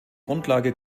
grundlage